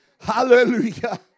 Hallelujah